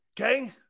Okay